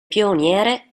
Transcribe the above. pioniere